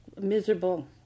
miserable